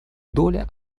доля